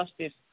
justice